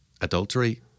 adultery